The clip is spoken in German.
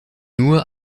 nur